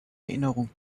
erinnerung